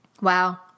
Wow